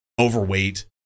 overweight